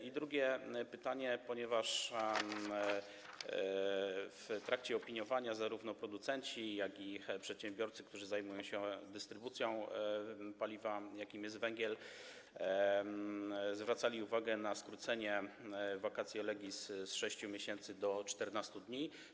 I drugie pytanie, ponieważ w trakcie opiniowania zarówno producenci, jak i przedsiębiorcy, którzy zajmują się dystrybucją paliwa, jakim jest węgiel, zwracali uwagę na skrócenie vacatio legis z 6 miesięcy do 14 dni.